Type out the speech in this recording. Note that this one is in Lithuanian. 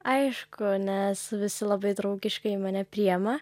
aišku nes visi labai draugiškai mane priima